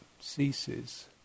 ceases